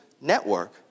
network